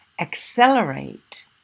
accelerate